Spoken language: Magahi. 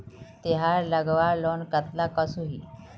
तेहार लगवार लोन कतला कसोही?